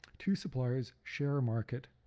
two suppliers share a market,